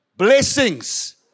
Blessings